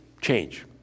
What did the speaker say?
Change